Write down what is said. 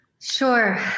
Sure